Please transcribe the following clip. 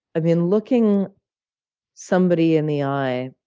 i mean, looking somebody in the eye,